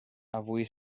avui